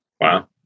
wow